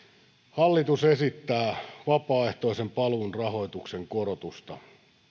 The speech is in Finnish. hallitus esittää vapaaehtoisen paluun rahoituksen korotusta